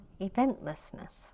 Eventlessness